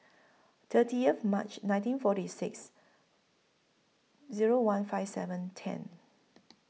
thirtieth March nineteen forty six Zero one five seven ten